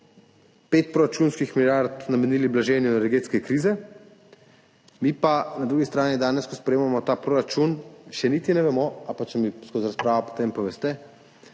5 proračunskih milijard namenili blaženju energetske krize, mi pa na drugi strani danes, ko sprejemamo ta proračun, še niti ne vemo – ali pa če mi skozi razpravo potem poveste